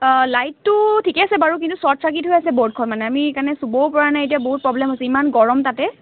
অঁ লাইটটো ঠিকে আছে বাৰু কিন্তু চৰ্ট চাৰ্কিট হৈ আছে বৰ্ডখন মানে আমি সেইকাৰণে চুবও পৰা নাই এতিয়া বহুত প্ৰব্লেম হৈছে ইমান গৰম তাতে